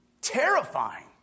terrifying